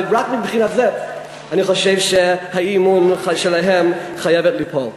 ורק מבחינה זו אני חושב שהאי-אמון שלהם חייב ליפול.